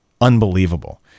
unbelievable